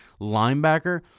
linebacker